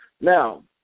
Now